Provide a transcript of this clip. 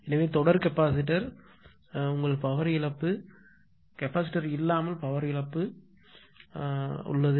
எனவே தொடர் capacitor SC உங்கள் பவர் இழப்பு கெப்பாசிட்டர் இல்லாமல் பவர் இழப்பு உள்ளது